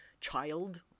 child